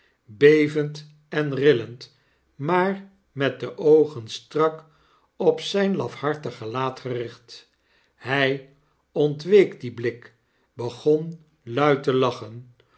bevend en rillend maar met de oogen strak op zijn lafhartig gelaat gericht hij ontweek dien blik begon luid te lachen